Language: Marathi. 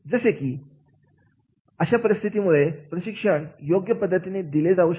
जसे की अशा परिस्थितीमुळे प्रशिक्षण योग्य पद्धतीने दिले जाऊ शकणार